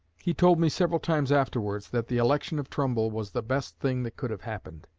he told me several times afterwards that the election of trumbull was the best thing that could have happened.